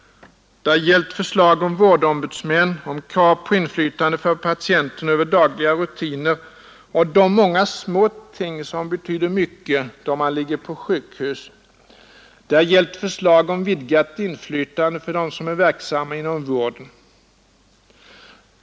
Det har gällt förslag om vårdombudsmän och krav på inflytande för patienterna över dagliga rutiner och de många små ting som betyder mycket då man ligger på sjukhus, det har gällt förslag om vidgat inflytande för dem som är verksamma inom vården.